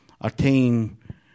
attain